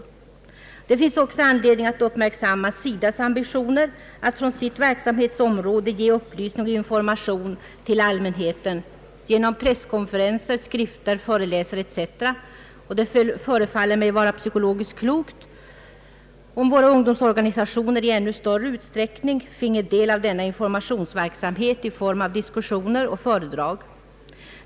Det finns också anledning att uppmärksamma SIDA:s ambitioner att från sitt verksamhetsområde ge upplysning och information till allmänheten genom presskonferenser, skrifter, föreläsare etc., och det förefaller mig vara psykologiskt klokt om våra ungdomsorganisationer i ännu större utsträckning finge del av denna informationsverksamhet i form av diskussioner och föredrag.